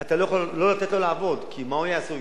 אתה לא יכול לא לתת לו לעבוד, כי מה הוא יעשה?